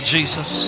Jesus